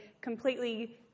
completely